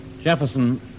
Jefferson